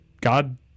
God